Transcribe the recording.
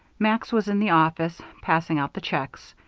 max was in the office, passing out the checks.